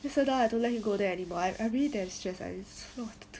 that's why now I don't let him go there anymore I I really damn stress I just don't know what to do